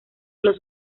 los